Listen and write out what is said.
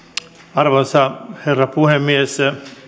arvoisa herra puhemies